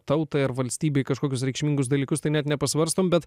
tautai ar valstybei kažkokius reikšmingus dalykus tai net nepasvarstom bet